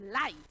light